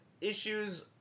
issues